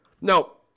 No